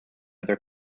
other